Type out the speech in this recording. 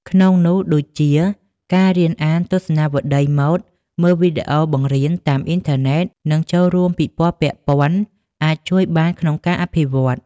ក្នុងនោះដូចជា ការរៀនអានទស្សនាវដ្តីម៉ូដ មើលវីដេអូបង្រៀនតាមអ៊ីនធឺណិត និងចូលរួមពិព័រណ៍ពាក់ព័ន្ធអាចជួយបានក្នុងការអភិវឌ្ឍន៍។